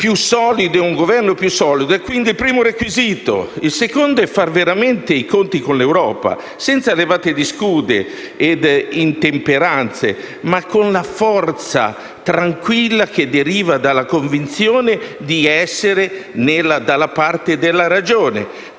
un Governo più solidi è quindi il primo requisito. Il secondo è fare veramente i conti con l'Europa, senza levate di scudi e intemperanze, ma con la forza tranquilla che deriva dalla convinzione di essere dalla parte della ragione.